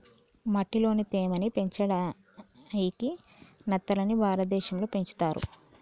మట్టిలోని తేమ ని పెంచడాయికి నత్తలని భారతదేశం లో పెంచుతర్